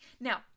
now